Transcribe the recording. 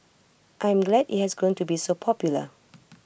I am glad IT has grown to be so popular